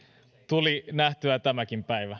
tuli nähtyä tämäkin päivä hallitus on luomassa suomeen